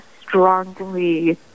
strongly